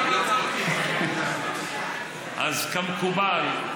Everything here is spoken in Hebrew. אז כמקובל,